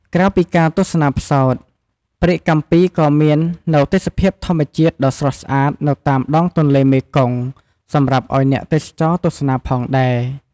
ក្រៅពីការទស្សនាផ្សោត ព្រែកកាំពីក៏មាននូវទេសភាពធម្មជាតិដ៏ស្រស់ស្អាតនៅតាមដងទន្លេមេគង្គសម្រាប់អោយអ្នកទេសចរណ៍ទស្សនាផងដែរ ។